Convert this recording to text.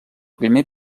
primer